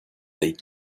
they